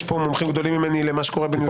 יש פה מומחים גדולים ממני למה שקורה בניו-זילנד.